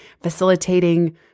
facilitating